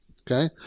Okay